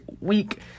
week